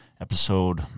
episode